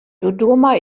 dodoma